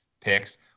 picks